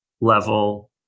level